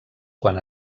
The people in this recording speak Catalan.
quan